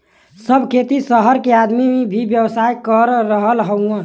सब खेती सहर के आदमी भी व्यवसाय कर रहल हउवन